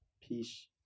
Peace